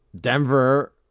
Denver